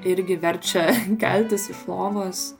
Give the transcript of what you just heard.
irgi verčia keltis iš lovos